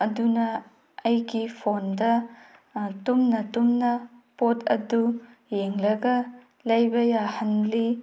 ꯑꯗꯨꯅ ꯑꯩꯒꯤ ꯐꯣꯟꯗ ꯇꯨꯝꯅ ꯇꯨꯝꯅ ꯄꯣꯠ ꯑꯗꯨ ꯌꯦꯡꯂꯒ ꯂꯩꯕ ꯌꯥꯍꯜꯂꯤ